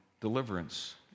deliverance